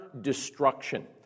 destruction